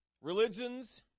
Religions